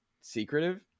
secretive